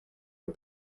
and